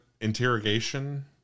interrogation